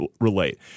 relate